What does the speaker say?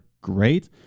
great